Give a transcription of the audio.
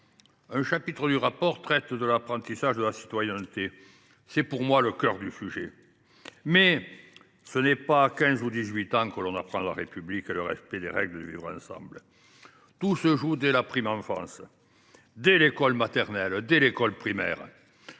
Un chapitre du rapport traite de l’apprentissage de la citoyenneté. C’est pour moi le cœur du sujet. Ce n’est pas à 15 ou 18 ans que l’on apprend la République et le respect des règles du vivre ensemble. Tout se joue dès la prime enfance, dès l’école maternelle et primaire.